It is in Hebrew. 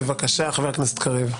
בבקשה חבר הכנסת קריב.